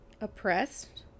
Oppressed